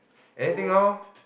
anything loh